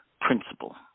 principle